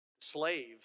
slave